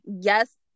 yes